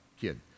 kid